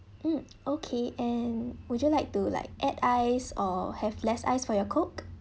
mm okay and would you like to like add ice or have less ice for your coke